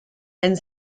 and